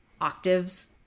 octaves